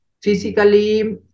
physically